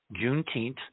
Juneteenth